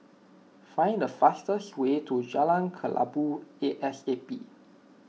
find the fastest way to Jalan Kelabu A S A P